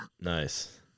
Nice